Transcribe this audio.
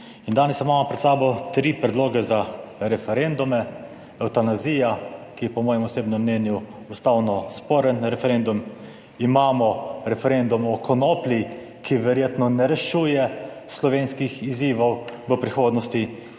In danes imamo pred sabo tri predloge za referendume; evtanazija, ki je po mojem osebnem mnenju ustavno sporen referendum, imamo referendum o konoplji, ki verjetno ne rešuje slovenskih izzivov v prihodnosti